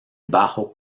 bajo